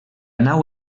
nau